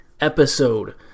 episode